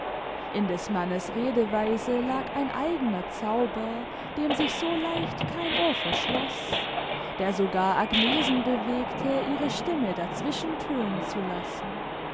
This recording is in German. in des mannes redeweise lag ein eigener zauber dem sich so leicht kein ohr verschloß der sogar agnesen bewegte ihre stimme dazwischen tönen zu lassen